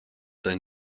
dein